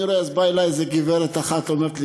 אז באה אלי איזה גברת אחת ואומרת לי: